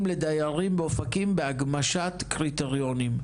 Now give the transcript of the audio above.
לדיירים באופקים בהגמשת קריטריונים,